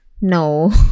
no